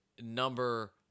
number